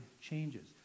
changes